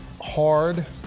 hard